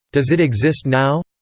does it exist now?